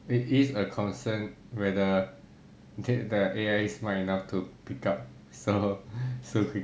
it is a concern whether did the A_I smart enough to pick up so so